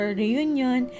reunion